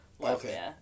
okay